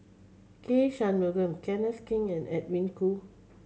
K Shanmugam Kenneth Keng and Edwin Koo